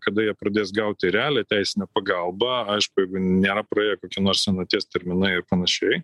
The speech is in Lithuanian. kada jie pradės gauti realią teisinę pagalbą aišku jeigu nėra praėję kokie nors senaties terminai ir panašiai